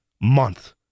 month